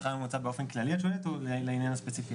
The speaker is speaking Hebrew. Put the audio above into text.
את שואלת על השכר הממוצע באופן כללי או לעניין הספציפי הזה?